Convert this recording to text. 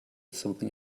something